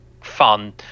fun